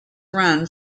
run